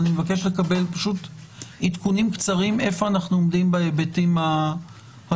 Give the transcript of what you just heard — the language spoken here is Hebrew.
אני מבקש לקבל עדכונים קצרים איפה אנחנו עומדים בהיבטים הלוגיסטיים,